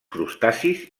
crustacis